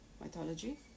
mythology